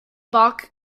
bach